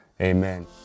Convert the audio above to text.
amen